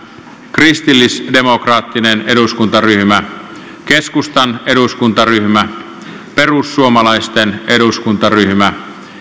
kristillisdemokraattinen eduskuntaryhmä keskustan eduskuntaryhmä perussuomalaisten eduskuntaryhmä